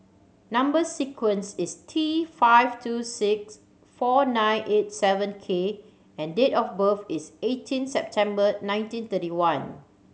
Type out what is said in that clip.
number sequence is T five two six four nine eight seven K and date of birth is eighteen September nineteen thirty one